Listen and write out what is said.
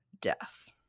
death